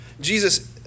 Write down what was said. Jesus